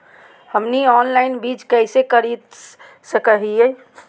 हमनी ऑनलाइन बीज कइसे खरीद सको हीयइ?